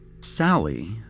Sally